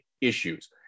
issues